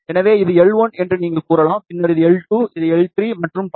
எனவே இது L1 என்று நீங்கள் கூறலாம் பின்னர் இது L2 L3 மற்றும் பல